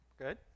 Good